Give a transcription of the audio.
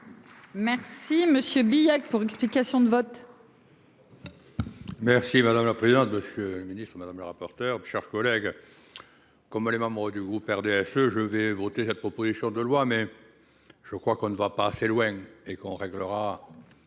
Merci. Si Monsieur Billac pour explication de vote. Merci madame la présidente. Monsieur le Ministre, madame le rapporteur, chers collègues. Comme les membres du groupe RDSE. Je vais voter la proposition de loi mais. Je crois qu'on ne va pas assez loin et qu'on réglera.